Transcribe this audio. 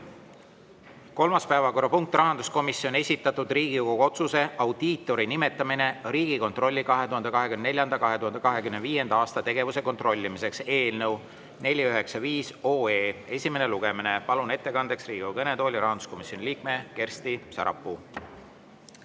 Kolmas päevakorrapunkt: rahanduskomisjoni esitatud Riigikogu otsuse "Audiitori nimetamine Riigikontrolli 2024.–2025. aasta tegevuse kontrollimiseks" eelnõu 495 esimene lugemine. Palun ettekandeks Riigikogu kõnetooli rahanduskomisjoni liikme Kersti Sarapuu.